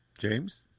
James